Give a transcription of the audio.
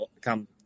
come